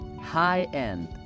high-end